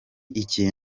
iki